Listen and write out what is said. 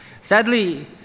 Sadly